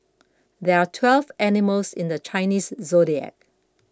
there are twelve animals in the Chinese zodiac